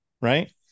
Right